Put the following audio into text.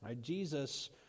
Jesus